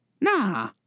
Nah